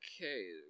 Okay